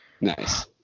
Nice